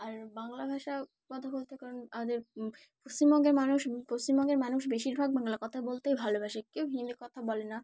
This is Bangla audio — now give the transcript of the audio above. আর বাংলা ভাষা কথা বলতে কারণ আমাদের পশ্চিমবঙ্গের মানুষ পশ্চিমবঙ্গের মানুষ বেশিরভাগ বাংলা কথা বলতেই ভালোবাসে কেউ হিন্দির কথা বলে না